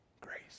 Grace